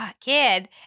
kid